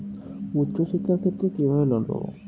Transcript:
উচ্চশিক্ষার ক্ষেত্রে কিভাবে লোন পাব?